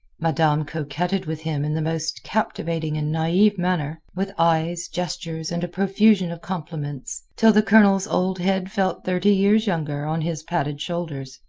madame coquetted with him in the most captivating and naive manner, with eyes, gestures, and a profusion of compliments, till the colonel's old head felt thirty years younger on his padded shoulders.